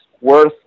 worth